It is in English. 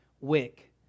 wick